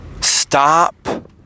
Stop